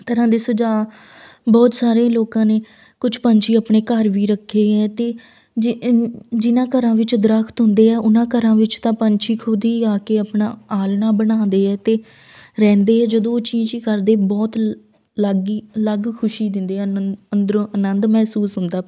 ਤਰ੍ਹਾਂ ਦੇ ਸੁਝਾਅ ਬਹੁਤ ਸਾਰੇ ਲੋਕਾਂ ਨੇ ਕੁਝ ਪੰਛੀ ਆਪਣੇ ਘਰ ਵੀ ਰੱਖੇ ਹੈ ਅਤੇ ਜਿ ਜਿਨ੍ਹਾਂ ਘਰਾਂ ਵਿੱਚ ਦਰੱਖਤ ਹੁੰਦੇ ਆ ਉਹਨਾਂ ਘਰਾਂ ਵਿੱਚ ਤਾਂ ਪੰਛੀ ਖੁਦ ਹੀ ਆ ਕੇ ਆਪਣਾ ਆਲਣਾ ਬਣਾਉਂਦੇ ਆ ਅਤੇ ਰਹਿੰਦੇ ਹੈ ਜਦੋਂ ਉਹ ਚੀਂ ਚੀਂ ਕਰਦੇ ਬਹੁਤ ਅਲੱਗ ਹੀ ਅਲੱਗ ਖੁਸ਼ੀ ਦਿੰਦੇ ਹਾਂ ਅੰਦਰੋਂ ਆਨੰਦ ਮਹਿਸੂਸ ਹੁੰਦਾ